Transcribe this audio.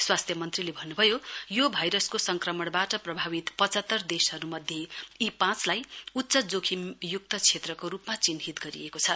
स्वास्थ्य मन्त्रीले भन्नुभयो यो भाइरसको संक्रमणबाट प्रभावित पचहत्तर देशहरू मध्ये यी पाँचलाई उच्च जोखिमयुक्त क्षेत्रको रूपमा चिन्हित गरिएको छ